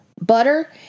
Butter